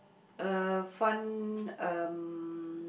uh fun um